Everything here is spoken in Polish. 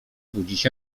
budzić